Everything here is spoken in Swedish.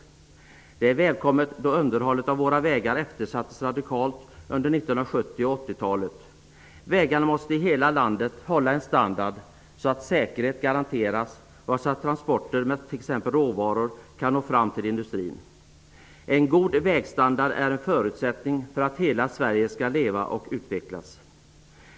Detta är välkommet, då underhållet av våra vägar eftersattes radikalt under 1970 och 80-talet. Vägarna måste i hela landet hålla en sådan standard att säkerhet garanteras och att transporter med t.ex. råvaror kan nå fram till industrin. En god vägstandard är en förutsättning för att hela Sverige skall leva och utvecklas.